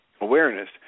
awareness